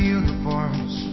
uniforms